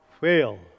fail